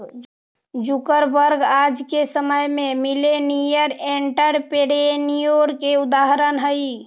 Zuckerberg आज के समय में मिलेनियर एंटरप्रेन्योर के उदाहरण हई